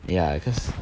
ya cause